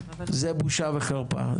זה בושה וחרפה.